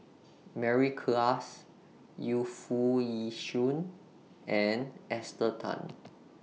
Mary Klass Yu Foo Yee Shoon and Esther Tan